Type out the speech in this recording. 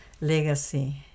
legacy